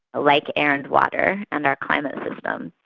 like air and water and our climate system,